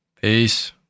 Peace